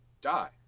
Die